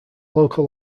local